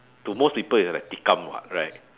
to most people it's like tikam [what] right